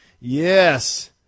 Yes